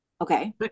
Okay